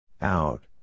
Out